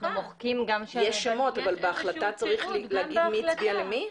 יש שמות, אבל בהחלטה צריך להגיד מי הצביע למי?